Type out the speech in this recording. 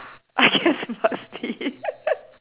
I guess must be